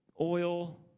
oil